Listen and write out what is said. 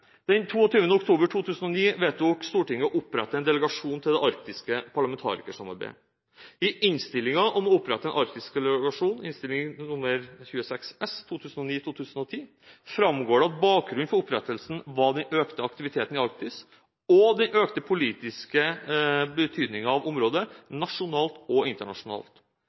Den 22. oktober 2009 vedtok Stortinget å opprette en delegasjon til det arktiske parlamentarikersamarbeidet. I innstillingen om å opprette en arktisk delegasjon, Innst. 26 S for 2009–2010, framgår det at bakgrunnen for opprettelsen var den økte aktiviteten i Arktis og den økte politiske betydningen av området nasjonalt og internasjonalt.